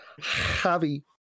Javi